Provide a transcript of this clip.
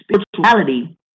spirituality